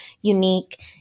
unique